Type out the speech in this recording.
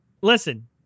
Listen